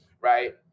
right